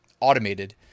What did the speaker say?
automated